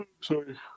Sorry